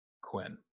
Quinn